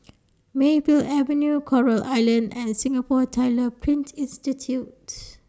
Mayfield Avenue Coral Island and Singapore Tyler Print Institute